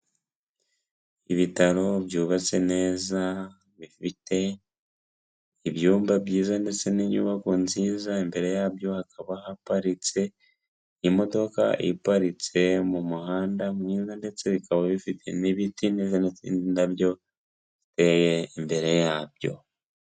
Ibitaro byubatse neza bifite ibyumba byiza ndetse n'inyubako nziza imbere yabyo hakaba haparitse imodoka iparitse mu muhanda mwiza ndetse bikaba bifite n'ibiti byiza ndetse n'indabyo imbere yabyo.